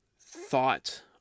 thought